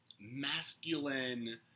masculine